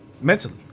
mentally